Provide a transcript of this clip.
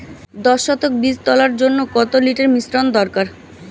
দশ শতক বীজ তলার জন্য কত লিটার মিশ্রন দরকার?